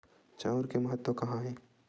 चांउर के महत्व कहां हे?